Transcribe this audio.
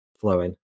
flowing